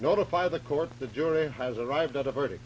notify the court the jury has arrived at a verdict